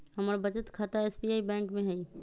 हमर बचत खता एस.बी.आई बैंक में हइ